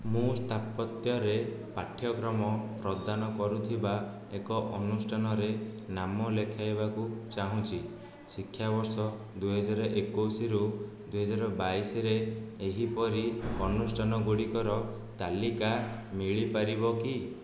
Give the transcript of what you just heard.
ମୁଁ ସ୍ଥାପତ୍ୟରେ ପାଠ୍ୟକ୍ରମ ପ୍ରଦାନ କରୁଥିବା ଏକ ଅନୁଷ୍ଠାନରେ ନାମ ଲେଖାଇବାକୁ ଚାହୁଁଛି ଶିକ୍ଷାବର୍ଷ ଦୁଇ ହଜାର ଏକୋଇଶରୁ ଦୁଇ ହଜାର ବାଇଶରେ ଏହିପରି ଅନୁଷ୍ଠାନ ଗୁଡ଼ିକର ତାଲିକା ମିଳିପାରିବ କି